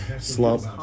Slump